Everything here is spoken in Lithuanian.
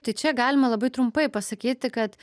tai čia galima labai trumpai pasakyti kad